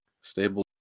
Stable